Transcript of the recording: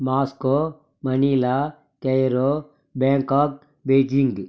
Moscow Manila Cairo Bangkok Beijing